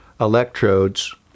electrodes